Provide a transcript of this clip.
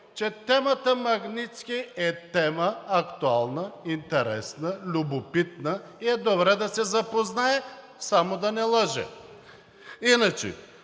…че темата „Магнитски“ е тема актуална, интересна, любопитна и е добре да се запознае, само да не лъже. Иначе